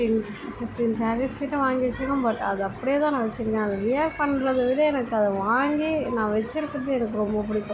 fifteen fifteen series கிட்டே வாங்கி வச்சுருக்கேன் பட் அதை அப்படியே தான் நான் வச்சுருக்கேன் அதை வியர் பண்ணுறத விட எனக்கு அதை வாங்கி நான் வச்சுருக்குறது எனக்கு ரொம்ப பிடிக்கும்